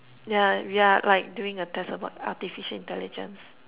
yeah we're like doing a test about artificial intelligence